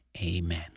Amen